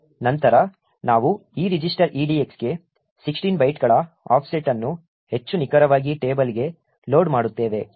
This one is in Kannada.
ನಂತರ ನಾವು ಈ ರಿಜಿಸ್ಟರ್ EDX ಗೆ 16 ಬೈಟ್ಗಳ ಆಫ್ಸೆಟ್ ಅನ್ನು ಹೆಚ್ಚು ನಿಖರವಾಗಿ ಟೇಬಲ್ಗೆ ಲೋಡ್ ಮಾಡುತ್ತೇವೆ